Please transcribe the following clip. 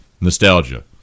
Nostalgia